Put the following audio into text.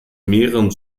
mehreren